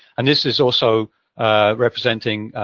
and this is also representing